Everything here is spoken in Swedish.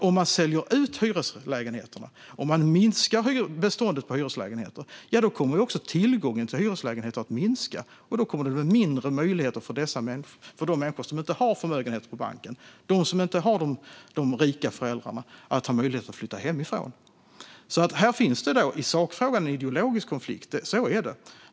Om man säljer ut hyreslägenheterna, om man minskar beståndet av hyreslägenheter, då kommer också tillgången till hyreslägenheter att minska. Då kommer det att bli mindre möjligheter för de människor som inte har en förmögenhet på banken eller rika föräldrar att flytta hemifrån. Här finns det en ideologisk konflikt i sakfrågan. Så är det.